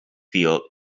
field